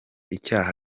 icyaha